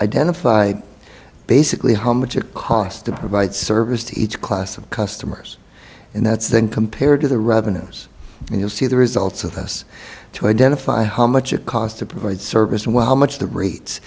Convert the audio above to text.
identify basically how much it costs to provide service to each class of customers and that's then compared to the revenues you'll see the results of us to identify how much it costs to provide service and while much the rates